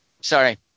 Sorry